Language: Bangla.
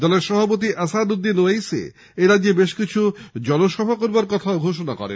দলের সভাপতি আসাদ উদ্দীন ওয়েসী এরাজ্যে বেশকিছু জনসভা করার কথাও ঘোষণা করেন